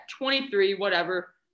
23-whatever